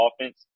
offense